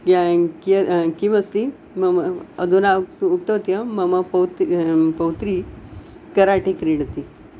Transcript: किमस्ति मम अधुना उक्तवती अहं मम पौत्र्याः पौत्री कराठे क्रीडति